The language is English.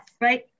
Right